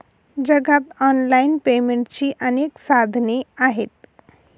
जगात ऑनलाइन पेमेंटची अनेक साधने आहेत